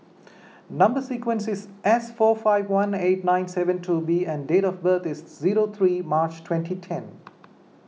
Number Sequence is S four five one eight nine seven two B and date of birth is zero three March twenty ten